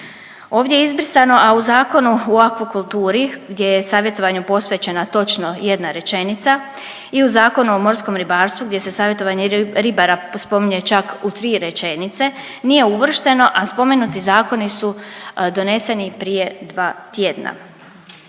Ovdje je izbrisano, a u Zakonu o akvakulturi gdje je savjetovanju posvećena točno jedna rečenica i u Zakonu o morskom ribarstvu gdje se savjetovanje ribara spominje čak u tri rečenice, nije uvršteno, a spomenuti zakoni su doneseni prije 2 tjedna.